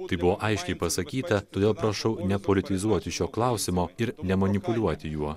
tai buvo aiškiai pasakyta todėl prašau nepolitizuoti šio klausimo ir nemanipuliuoti juo